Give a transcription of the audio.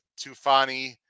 Tufani